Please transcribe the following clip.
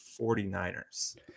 49ers